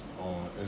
on